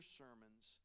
sermons